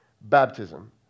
baptism